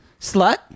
Slut